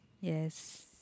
Yes